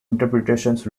interpretations